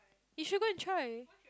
you should go and try